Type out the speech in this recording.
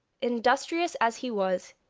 industrious as he was,